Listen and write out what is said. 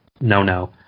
no-no